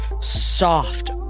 soft